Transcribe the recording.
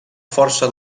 força